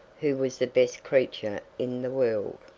who was the best creature in the world.